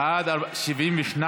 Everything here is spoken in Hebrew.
בעד, 72,